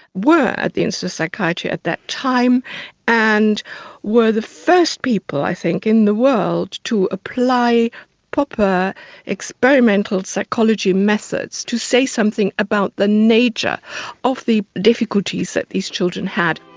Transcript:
were at the institute of psychiatry at that time and were the first people, i think, in the world to apply proper experimental psychology methods to say something about the nature of the difficulties that these children had.